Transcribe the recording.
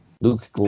Luke